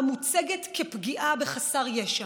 המוצגת כפגיעה בחסר ישע.